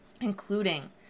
including